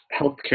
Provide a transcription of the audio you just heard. healthcare